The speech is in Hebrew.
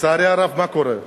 לצערי הרב, מה קורה?